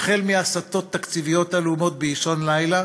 החל מהסטות תקציביות עלומות באישון לילה